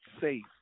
safe